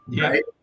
right